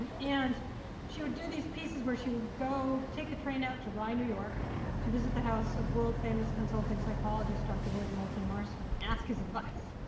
um and she would do these pieces where she would go take the train out to rye, new york to visit the house of world-famous consulting psychologist dr. william moulton marston and ask his advice.